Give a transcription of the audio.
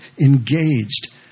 engaged